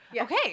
Okay